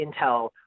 intel